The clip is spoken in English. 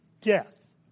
death